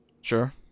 Sure